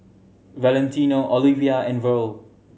Valentino Oliva and Verl